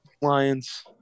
Lions